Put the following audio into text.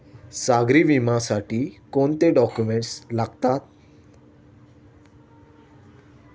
सागरी विम्यासाठी कोणते डॉक्युमेंट्स लागतात?